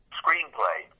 screenplay